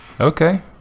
Okay